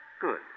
Good